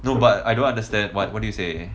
no but I don't understand what what did you say